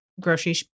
grocery